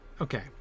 okay